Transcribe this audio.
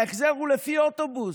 ההחזר הוא לפי אוטובוס.